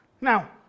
now